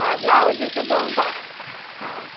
हा ब्लाऊज सिबूं था हा